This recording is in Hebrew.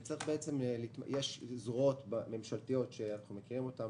יש זרועות ממשלתיות שאנחנו מכירים אותן,